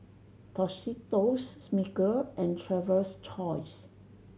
Tostitos Smiggle and Traveler's Choice